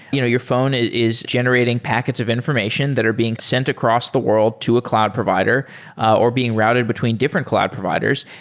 you know your phone is is generating packets of information that are being sent across the world to a cloud provider or being routed between different cloud providers.